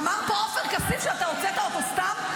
אמר פה עופר כסיף שאתה הוצאת אותו סתם?